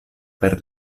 per